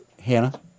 hannah